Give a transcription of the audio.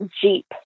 Jeep